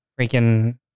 Freaking